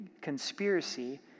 conspiracy